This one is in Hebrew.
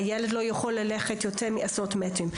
הילד לא יכול ללכת יותר מעשרות מטרים.